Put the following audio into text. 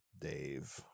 Dave